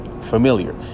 familiar